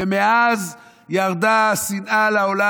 ומאז ירדה השנאה לעולם.